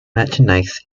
merchandise